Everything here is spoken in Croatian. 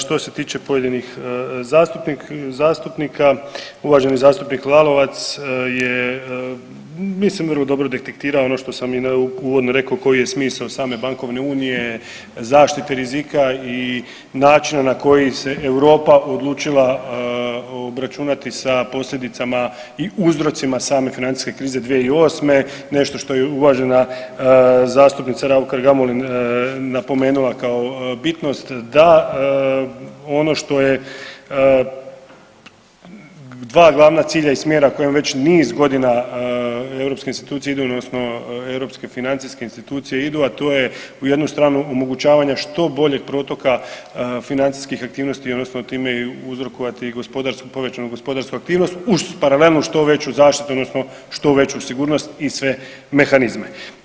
Što se tiče pojedinih zastupnika, uvaženi zastupnik Lalovac je mislim vrlo dobro detektirao ono što sam i uvodno rekao koji je smisao same bankovne unije, zaštite rizika i načina na koji se Europa odlučila obračunati sa posljedicama i uzrocima same financijske krize 2008., nešto što je uvažena zastupnica Raukar Gamulin napomenula kao bitnost, da ono što je dva glavna cilja i smjera kojima već niz godina europske institucije odnosno europske financijske institucije idu, a to je u jednu stranu omogućavanja što boljeg protoka financijskih aktivnosti odnosno a time i uzrokovati povećanu gospodarsku aktivnost uz paralelnu što veću zaštitu odnosno što veću sigurnost i sve mehanizme.